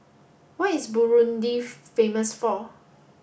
what is Burundi famous for